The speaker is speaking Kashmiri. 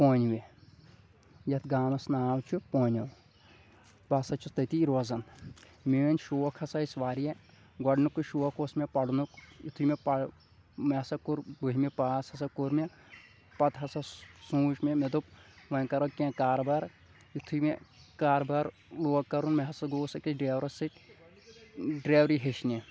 پونوِ یتھ گامس ناو چھُ پونٮ۪و بہٕ ہسا چھُس تٔتی روزان میٲنۍ شوق ہسا ٲسۍ واریاہ گۄڈٕنیکُے شوق اوس مےٚ پرنُک یِتُھے مےٚ پر مےٚ ہسا کوٚر بٔہمہِ پاس ہسا کوٚر مےٚ پتہٕ ہسا سوٗنٛچ مےٚ مےٚ دوٚپ وۄنۍ کرو کینٛہہ کاربار یِتھُے مےٚ کاربار لوگ کرُن مےٚ ہسا گووُس أکِس ڈیورس سۭتۍ ڈریوری ہیٚچھنہِ